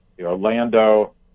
Orlando